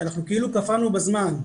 שאנחנו כאילו קפאנו בזמן.